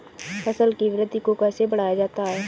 फसल की वृद्धि को कैसे बढ़ाया जाता हैं?